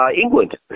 England